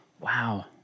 Wow